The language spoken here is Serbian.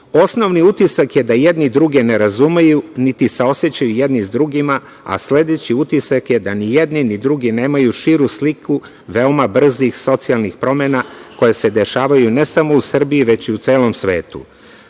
utisak je da jedni druge ne razumeju, niti saosećaju jedni s drugima, a sledeći utisak je da ni jedni ni drugi nemaju širu sliku veoma brzih socijalnih promena koje se dešavaju ne samo u Srbiji, već i u celom